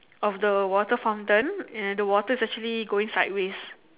of the water fountain and the water is actually going sideways